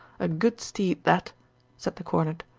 a good steed that said the cornet.